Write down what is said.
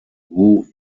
who